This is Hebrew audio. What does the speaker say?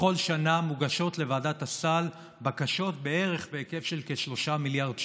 בכל שנה מוגשות לוועדת הסל בקשות בערך בהיקף של כ-3 מיליארד שקל,